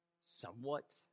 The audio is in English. somewhat